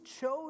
chose